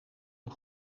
een